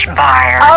buyer